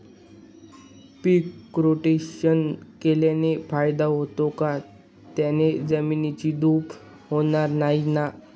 पीक rotation केल्याने फायदा होतो का? त्याने जमिनीची धूप होणार नाही ना?